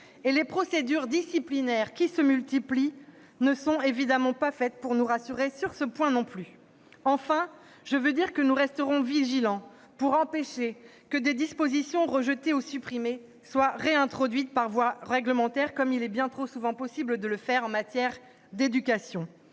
Les procédures disciplinaires qui se multiplient actuellement ne sont évidemment pas faites pour nous rassurer sur ce point non plus. Nous resterons vigilants pour empêcher que des dispositions rejetées ou supprimées soient réintroduites par voie réglementaire, comme il est bien trop souvent possible de le faire en matière d'éducation.